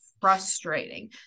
frustrating